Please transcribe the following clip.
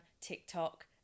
TikTok